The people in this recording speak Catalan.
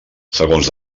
segons